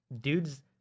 Dude's